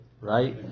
Right